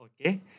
okay